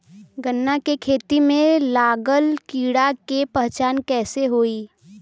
गन्ना के खेती में लागल कीड़ा के पहचान कैसे होयी?